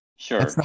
Sure